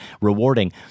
rewarding